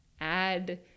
add